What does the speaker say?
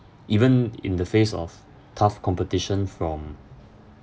even in the face of tough competition from